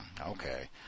okay